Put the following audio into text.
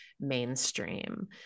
mainstream